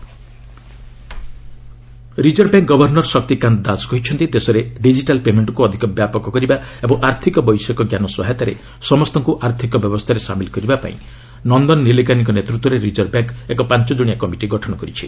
RBI governor reserve bank governor Shaktikanta Das କହିଛନ୍ତି ଦେଶରେ digital ପେମେଣ୍ଟକ୍ ଅଧିକ ବ୍ୟାପକ କରିବା ଓ ଆର୍ଥିକ ବୈଷୟିକ ଜ୍ଞାନ ସହାୟତାରେ ସମସ୍ତଙ୍କୁ ଆର୍ଥକ ବ୍ୟବସ୍ଥାରେ ସାମିଲ୍ କରିବାପାଇଁ ନନ୍ଦନ ନିଲେକାନିଙ୍କ ନେତୃତ୍ୱରେ ରିଜର୍ଭ ବ୍ୟାଙ୍କ୍ ଏକ ପାଞ୍ଚଜଣିଆ କମିଟି ଗଠନ କରିଛି